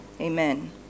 Amen